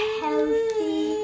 healthy